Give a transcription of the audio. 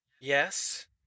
Yes